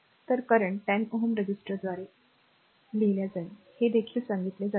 तर current 10 Ω रेझिस्टरद्वारे हे देखील सांगितले जाते